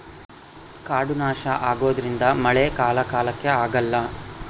ಕಾಡು ನಾಶ ಆಗೋದ್ರಿಂದ ಮಳೆ ಕಾಲ ಕಾಲಕ್ಕೆ ಆಗಲ್ಲ